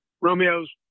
Romeo's